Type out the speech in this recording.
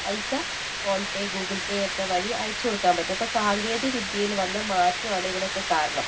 പൈസ PhonePe Google Pay യൊക്കെ വഴി അയച്ചുകൊടുക്കാൻ പറ്റും അപ്പോൾ സാങ്കേതിവിദ്യയിൽ വന്ന മാറ്റമാണ് ഇതിനൊക്കെ കാരണം